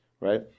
right